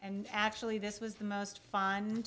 and actually this was the most fun